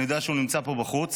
אני יודע שהוא נמצא פה בחוץ: